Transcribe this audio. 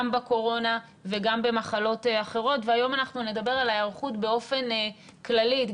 בקורונה וגם במחלות אחרות והיום אנחנו נדבר על ההיערכות באופן כללי,